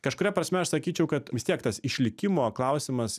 kažkuria prasme aš sakyčiau kad vis tiek tas išlikimo klausimas